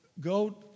go